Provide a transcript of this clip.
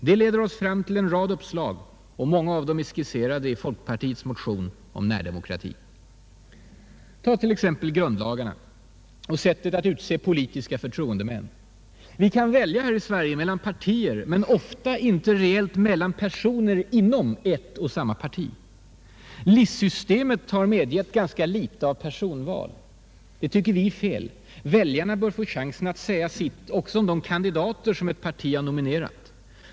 Det leder oss fram till en rad uppslag, och många av dem är skisserade i folkpartiets motion om närdemokrati. Ta t.ex. grundlagarna och sättet att utse politiska förtroendemän! Vi kan välja här i Sverige mellan partier men ofta inte reellt mellan personer inom ett och samma parti. Listsystemet i Sverige har medgett ganska litet av personval. Det tycker vi är fel: väljarna bör få chansen att säga sitt också om de kandidater som ett parti har nominerat.